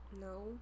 No